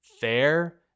fair